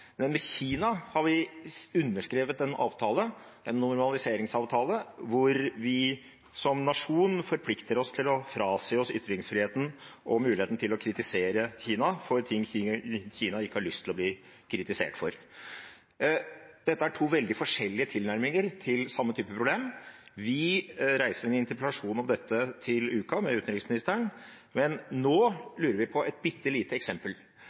men med Kina har vi underskrevet en avtale, en normaliseringsavtale, hvor vi som nasjon forplikter oss til å frasi oss ytringsfriheten og muligheten til å kritisere Kina for ting Kina ikke har lyst til å bli kritisert for. Dette er to veldig forskjellige tilnærminger til samme type problem. Vi reiser en interpellasjon om dette til utenriksministeren til uken, men nå lurer vi på et bitte lite eksempel: